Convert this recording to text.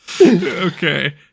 Okay